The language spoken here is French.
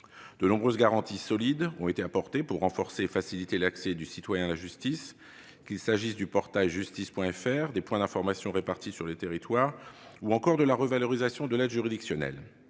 nombreuses et solides ont été apportées pour renforcer et faciliter l'accès du citoyen à la justice, qu'il s'agisse du portail « justice.fr », des points d'information répartis dans les territoires ou encore de la revalorisation de l'aide juridictionnelle.